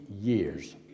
years